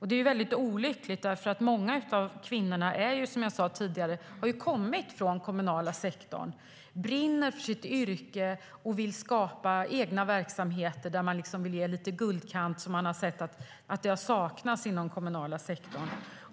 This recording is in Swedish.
Det är väldigt olyckligt, för som jag sa tidigare kommer många av kvinnorna från den kommunala sektorn, brinner för sitt yrke och vill skapa egna verksamheter där man vill ge lite guldkant som man har sett saknas inom den kommunala sektorn.